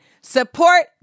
Support